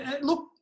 Look